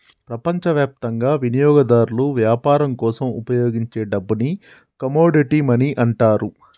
ప్రపంచవ్యాప్తంగా వినియోగదారులు వ్యాపారం కోసం ఉపయోగించే డబ్బుని కమోడిటీ మనీ అంటారు